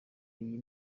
iyi